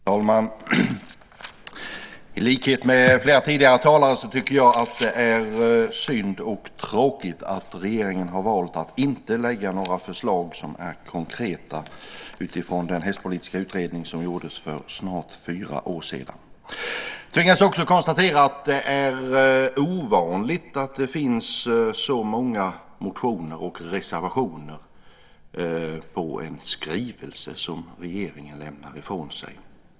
Herr talman! I likhet med flera tidigare talare tycker jag att det är synd och tråkigt att regeringen har valt att inte lägga fram några förslag som är konkreta utifrån den hästpolitiska utredning som gjordes för snart fyra år sedan. Jag tvingas också konstatera att det är ovanligt att det finns så många motioner och reservationer med anledning av en skrivelse som regeringen lämnat ifrån sig.